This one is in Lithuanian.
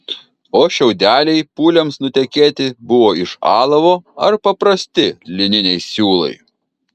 o šiaudeliai pūliams nutekėti buvo iš alavo ar paprasti lininiai siūlai